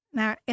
naar